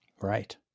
Right